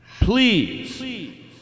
please